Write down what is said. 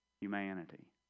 humanity